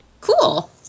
Cool